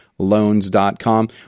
Loans.com